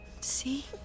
See